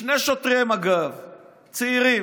שני שוטרי מג"ב צעירים,